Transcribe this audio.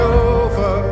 over